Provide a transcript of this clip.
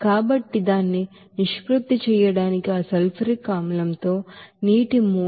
కాబట్టి దాని నిష్పత్తి ఏమిటి ఆ సల్ఫ్యూరిక్ ಆಸಿಡ್ తో నీటి మోల్స్